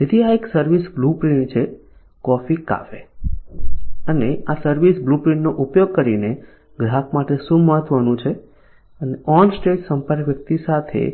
તેથી આ એક સર્વિસ બ્લુપ્રિન્ટ છે કોફી કેફે અને આ સર્વિસ બ્લુપ્રિન્ટનો ઉપયોગ કરીને ગ્રાહક માટે શું મહત્વનું છે અને ઓન સ્ટેજ સંપર્ક વ્યક્તિ સાથે